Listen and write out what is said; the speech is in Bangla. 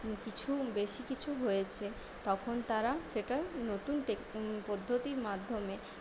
কিছু বেশি কিছু হয়েছে তখন তারা সেটা নতুন টেক পদ্ধতির মাধ্যমে